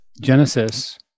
genesis